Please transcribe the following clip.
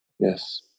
Yes